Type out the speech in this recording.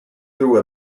through